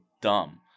dumb